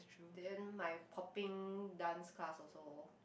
then my popping dance class also